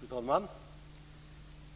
Fru talman!